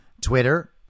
Twitter